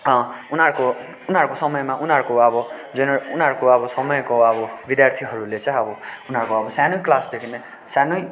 उनीहरूको उनीहरूको समयमा उनीहरूको अब जेने उनीहरूको अब समयको अब विद्यार्थीहरूले चाहिँ अब उनीहरूको अब सानै क्लासदेखि नै सानै